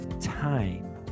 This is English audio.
time